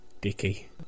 Dicky